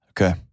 Okay